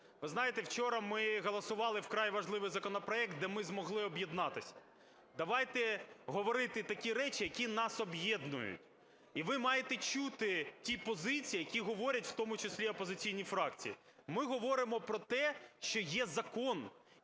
Ви знаєте, вчора ми голосували вкрай важливий законопроект, де ми змогли об'єднатися. Давайте говорити такі речі, які нас об'єднують, і ви маєте чути ті позиції, які говорять в тому числі опозиційні фракції. Ми говоримо про те, що є закон,